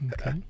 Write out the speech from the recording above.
Okay